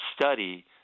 study